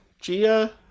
Gia